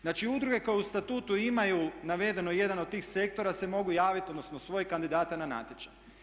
Znači, udruge koje u statutu imaju navedeno jedan od tih sektora se mogu javiti, odnosno svojeg kandidata na natječaj.